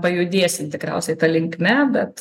pajudėsim tikriausiai ta linkme bet